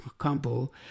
campo